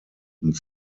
und